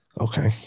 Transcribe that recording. Okay